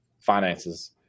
finances